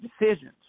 decisions